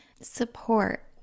support